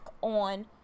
on